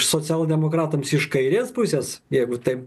socialdemokratams iš kairės pusės jeigu taip